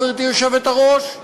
גברתי היושבת-ראש,